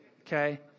okay